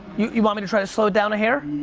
you you want me to try to slow it down a hair?